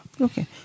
Okay